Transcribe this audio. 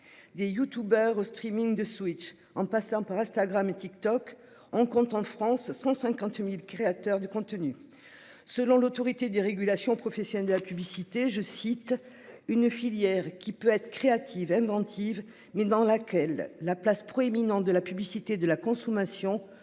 Des youtubeurs au streaming de switch en passant par Instagram et TikTok, on compte en France 150.000 créateurs du contenu. Selon l'Autorité de régulation professionnelle de la publicité, je cite, une filière qui peut être créative, inventive, mais dans laquelle la place proéminente de la publicité de la consommation,